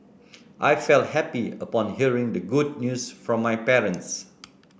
I felt happy upon hearing the good news from my parents